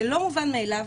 זה לא מובן מאליו,